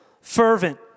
fervent